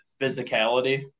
physicality